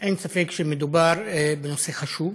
אין ספק שמדובר בנושא חשוב,